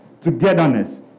Togetherness